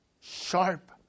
sharp